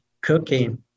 cooking